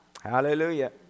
Hallelujah